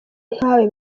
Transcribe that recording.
nkawe